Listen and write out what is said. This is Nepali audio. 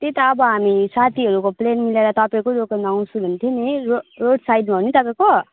त्यही त अब हामी साथीहरूको प्लान मिलाएर तपाईँकै दोकान आउँछौँ भन्थ्यो नि रोड रोड साइडमा हो नि तपाईँको